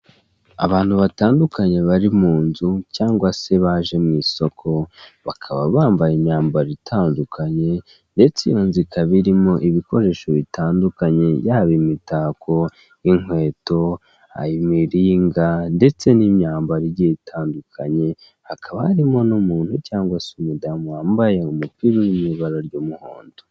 Abantu batandukanye bari mu nzu cyangwa se baje mu isoko bakaba bambaye imyambaro itandukanye ndetse inzu ikaba irimo ibikoresho bitandukanye, yaba imitako, inkweto, imiringa ndetse n'imyambaro igiye itandukanye hakaba harimo n'umuntu cyangwa se umudamu wambaye umupira uri mu ibara ry'umuhondo.